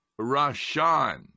Rashan